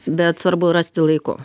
bet svarbu rasti laiku